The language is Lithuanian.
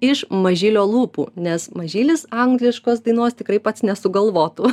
iš mažylio lūpų nes mažylis angliškos dainos tikrai pats nesugalvotų